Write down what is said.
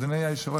אדוני היושב-ראש,